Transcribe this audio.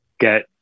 get